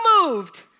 moved